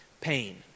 pain